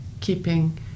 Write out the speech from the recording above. keeping